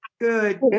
good